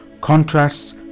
Contrasts